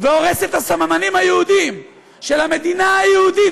והורס את הסממנים היהודיים של המדינה היהודית